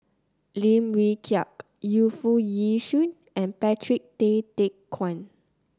Lim Wee Kiak Yu Foo Yee Shoon and Patrick Tay Teck Guan